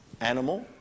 animal